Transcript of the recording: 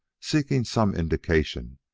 seeking some indication,